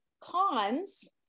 cons